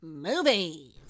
Movies